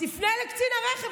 תפנה לקצין הרכב,